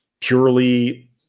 purely